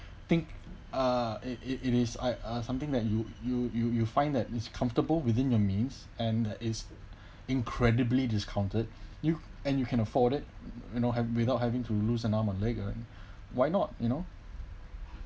think uh it it it is I uh something that you you you you find that is comfortable within your means and is incredibly discounted you and you can afford it or you know have without having to lose an arm or leg on why not you know